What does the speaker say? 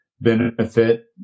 benefit